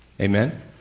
amen